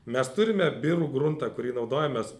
mes turime birų gruntą kurį naudojamės